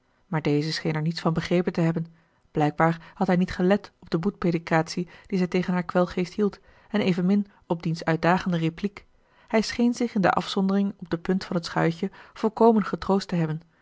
maar deze scheen er niets van begrepen te hebben blijkbaar had hij niet gelet op de boetpredikatie die zij tegen haar kwelgeest hield en evenmin op diens uitdagende repliek hij scheen zich in de afzondering op de punt van het schuitje volkomen getroost te hebben